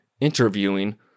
interviewing